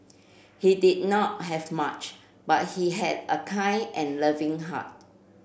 he did not have much but he had a kind and loving heart